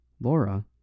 Laura